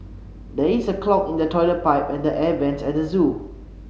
there is a clog in the toilet pipe and the air vents at the zoo